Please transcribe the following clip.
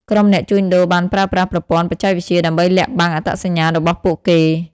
ក្រុមអ្នកជួញដូរបានប្រើប្រាស់ប្រព័ន្ធបច្ចេកវិទ្យាដើម្បីលាក់បាំងអត្តសញ្ញាណរបស់ពួកគេ។